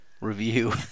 review